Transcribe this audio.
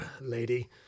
lady